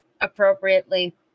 appropriately